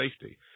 safety